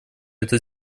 это